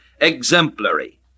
exemplary